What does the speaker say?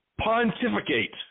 pontificate